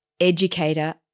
educator